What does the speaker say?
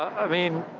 i mean,